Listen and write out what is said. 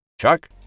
Chuck